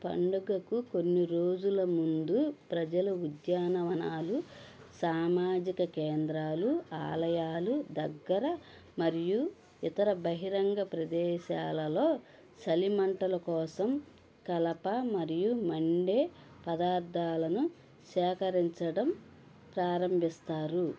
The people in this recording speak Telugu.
పండుగకు కొన్ని రోజుల ముందు ప్రజలు ఉద్యానవనాలు సామాజిక కేంద్రాలు ఆలయాలు దగ్గర మరియు ఇతర బహిరంగ ప్రదేశాలలో చలి మంటలు కోసం కలప మరియు మండే పదార్ధాలను సేకరించడం ప్రారంభిస్తారు